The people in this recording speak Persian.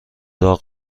داغ